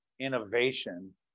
innovation